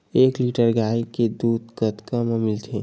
एक लीटर गाय के दुध कतका म मिलथे?